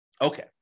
Okay